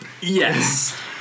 Yes